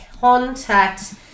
contact